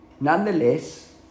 Nonetheless